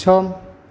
सम